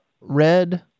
red